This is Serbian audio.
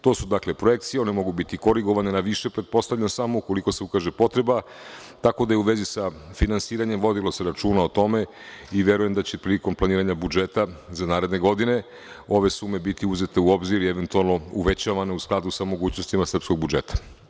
To su, dakle, projekcije i one mogu biti korigovane na više, pretpostavljam, samo ukoliko se ukaže potreba, tako da u vezi finansiranja, vodilo se računa o tome i verujem da će prilikom planiranja budžeta za naredne godine, ove sume biti uzete u obzir i eventualno uvećavane u skladu sa mogućnostima srpskog budžeta.